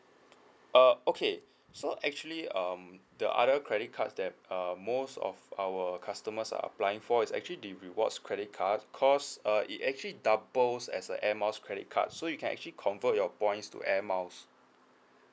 uh okay so actually um the other credit cards that um most of our customers are applying for is actually the rewards credit card cause uh it actually doubles as a air miles credit card so you can actually convert your points to air miles